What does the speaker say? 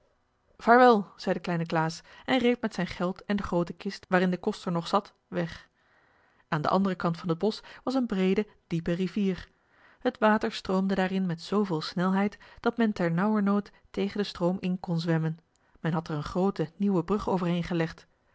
vaarwel zei de kleine klaas en reed met zijn geld en de groote kist waarin de koster nog zat weg aan den anderen kant van het bosch was een breede diepe rivier het water stroomde daarin met zooveel snelheid dat men tenauwernood tegen den stroom in kon zwemmen men had er een groote nieuwe brug overheen gelegd